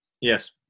yes